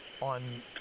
on